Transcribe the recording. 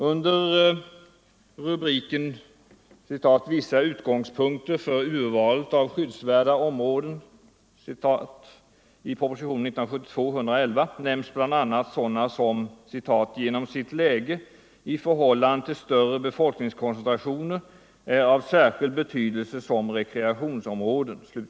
Under rubriken ”Vissa utgångspunkter för urvalet av skyddsvärda områden” i propositionen 111 år 1972 nämns bl.a. sådana som ”genom sitt läge i förhållande till större befolkningskoncentrationer är av särskild betydelse som rekreationsområden”.